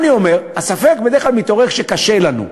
הספק בדרך כלל מתעורר כשקשה לנו.